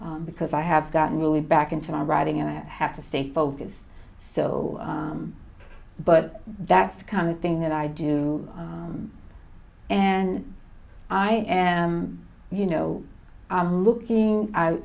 because i have gotten really back into my writing and i have to stay focused so but that's kind of thing that i do and i you know i'm looking i